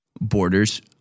borders